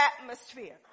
atmosphere